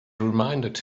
reminded